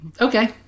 Okay